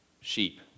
sheep